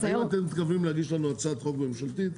האם אתם מתכוונים להגיש לנו הצעת חוק ממשלתית?